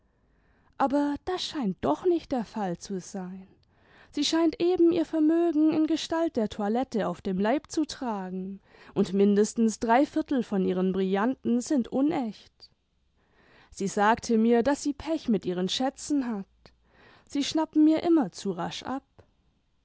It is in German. aber das scheint doch nicht der fall zu sein sie scheint eben ihr vermögen in gestalt der toilette auf dem leib eu tragen und mindestens drei viertel von ihren brillanten sind unecht sie sagte mir daß sie pech mit ihren schätzen hat sie schnappen ihr immer zu rasch ab